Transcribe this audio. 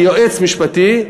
יהיה יועץ משפטי,